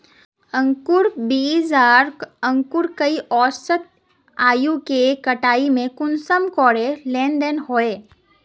अंकूर बीज आर अंकूर कई औसत आयु के कटाई में कुंसम करे लेन देन होए?